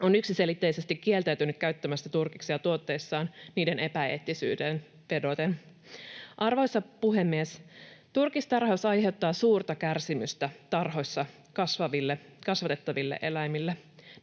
on yksiselitteisesti kieltäytynyt käyttämästä turkiksia tuotteissaan niiden epäeettisyyteen vedoten. Arvoisa puhemies! Turkistarhaus aiheuttaa suurta kärsimystä tarhoissa kasvatettaville eläimille.